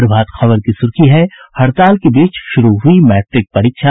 प्रभात खबर की सुर्खी है हड़ताल के बीच शुरू हुई मैट्रिक परीक्षा